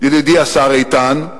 ידידי השר איתן,